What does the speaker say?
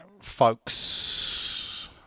folks